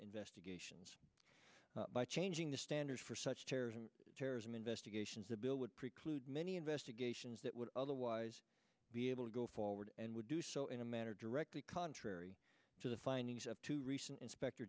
investigations by changing the standards for such terror and terrorism investigations a bill would preclude many investigations that would otherwise be able to go forward and would do so in a manner directly contrary to the findings of two recent inspector